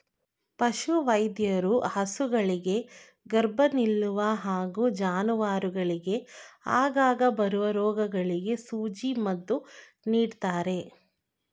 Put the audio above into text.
ಪಶುವೈದ್ಯರು ಹಸುಗಳಿಗೆ ಗರ್ಭ ನಿಲ್ಲುವ ಹಾಗೂ ಜಾನುವಾರುಗಳಿಗೆ ಆಗಾಗ ಬರುವ ರೋಗಗಳಿಗೆ ಸೂಜಿ ಮದ್ದು ನೀಡ್ತಾರೆ